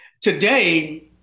Today